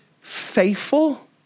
faithful